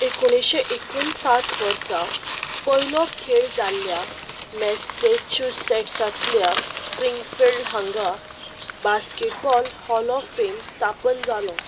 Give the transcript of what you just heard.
एकोणशें एकोणसाठ वर्सा पयलो खेळ जाल्ल्या मॅसॅच्युसेट्सांतल्या स्प्रिंगफील्ड हांगा बास्केटबॉल हॉल ऑफ फेम स्थापन जालो